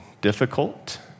difficult